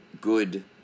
good